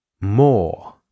more